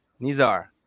Nizar